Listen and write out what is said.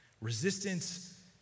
Resistance